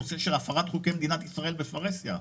וגם בנושא של הפרת חוקי ישראל בפרהסיה,